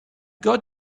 got